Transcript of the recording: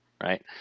Right